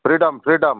freedom freedom